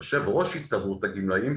יושב ראש הסתדרות הגמלאים,